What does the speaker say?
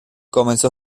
comenzó